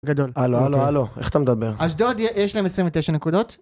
גדול. –הלו, הלו, הלו, איך אתה מדבר? אשדוד יש להם 29 נקודות.